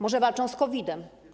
Może walczą z COVID-em?